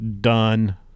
Done